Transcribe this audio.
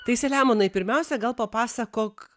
tai selemonai pirmiausia gal papasakok